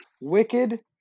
wicked